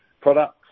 products